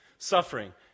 suffering